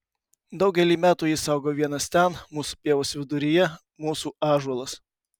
daugelį metų jis augo vienas ten mūsų pievos viduryje mūsų ąžuolas